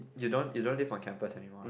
you don't you don't live on campus anymore right